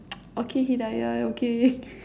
okay hidaya okay